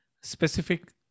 specific